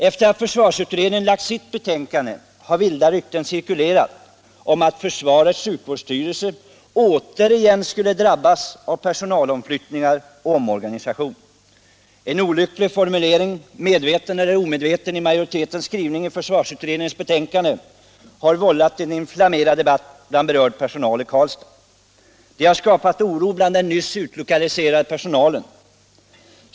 Sedan försvarsutredningen lagt fram sitt betänkande kar vilda rykten cirkulerat om att försvarets sjukvårdsstyrelse återigen skulle drabbas av personalomflyttningar och omorganisation. En olycklig formulering, medveten eller omedveten, i majoritetens skrivning i försvarsutredningens betänkande har vållat en inflammerad debatt bland berörd personal Allmänpolitisk debatt Allmänpolitisk debatt i Karlstad. Det har skapat oro bland den nyss utlokaliserade personalen.